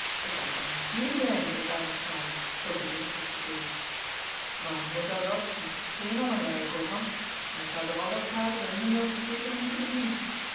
ik had warentig medelijen met het arme schaap zoo bedrukt as ze keek maar met dat al mot je geen honger lijen koopman en ik zou deur al dat praten wel heelendal vergeten van je te bedienen